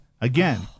Again